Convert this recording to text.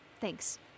Thanks